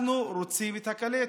אנחנו רוצים את הקלטת.